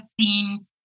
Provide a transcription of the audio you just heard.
seen